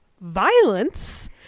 violence